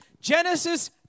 Genesis